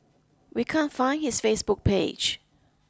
we can't find his Facebook page